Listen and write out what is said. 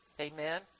amen